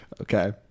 Okay